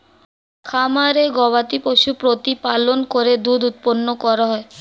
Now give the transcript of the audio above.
খামারে গবাদিপশু প্রতিপালন করে দুধ উৎপন্ন করা হয়